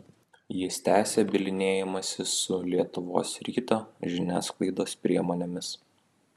jis tęsia bylinėjimąsi su lietuvos ryto žiniasklaidos priemonėmis